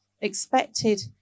expected